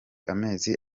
amezi